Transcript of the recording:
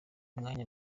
munya